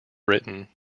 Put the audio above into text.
britain